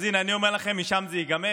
אז הינה, אני אומר לכם, משם זה ייגמר.